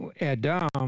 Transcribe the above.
Adam